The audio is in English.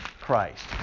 Christ